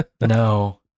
No